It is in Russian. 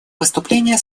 выступление